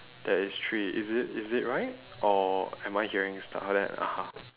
that it's three is it is it right or am I hearing stuff then I